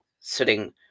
sitting